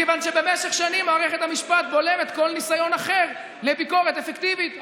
מכיוון שבמשך שנים מערכת המשפט בולמת כל ניסיון אחר לביקורת אפקטיבית.